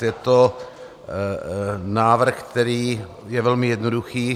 Je to návrh, který je velmi jednoduchý.